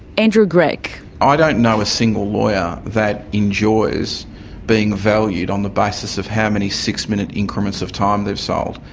andrew grech i don't know a single lawyer that enjoys being valued on the basis of how many six-minute increments of time they've sold.